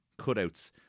cutouts